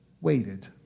waited